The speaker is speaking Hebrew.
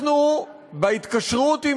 בהתקשרות עם